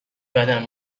بدم